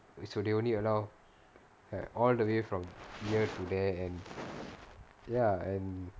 so they only allow ya all the way from here to there and ya and